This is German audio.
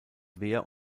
wehr